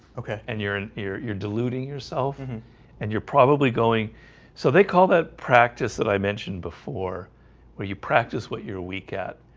okay, and you're in here you're deluding yourself and and you're probably going so they call that practice that i mentioned before where you practice what you're a week at?